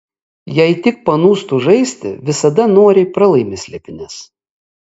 jei tik panūstu žaisti visada noriai pralaimi slėpynes